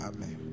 Amen